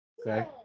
Okay